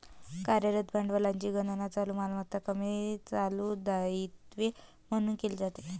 कार्यरत भांडवलाची गणना चालू मालमत्ता कमी चालू दायित्वे म्हणून केली जाते